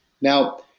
Now